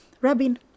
Rabin